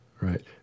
Right